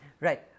Right